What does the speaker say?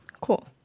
Cool